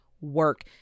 work